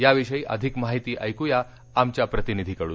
याविषयी आधिक माहिती ऐकूया आमच्या प्रतिनिधीकडून